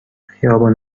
خیابان